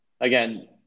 again